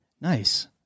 Nice